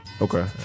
Okay